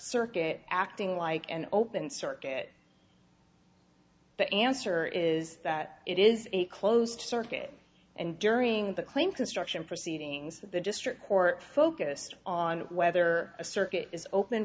circuit acting like an open circuit but answer is that it is a closed circuit and during the claim construction proceedings the district court focused on whether a circuit is open